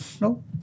no